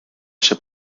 się